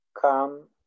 come